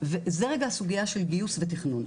וזו הסוגייה של גיוס ותכנון.